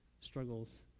struggles